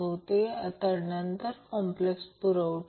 हे सरलीकृत आहे